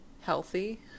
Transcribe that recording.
healthy